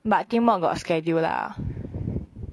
but teamwork got schedule lah